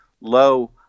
low